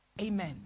Amen